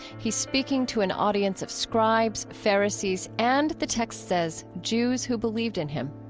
he's speaking to an audience of scribes, pharisees and, the text says, jews who believed in him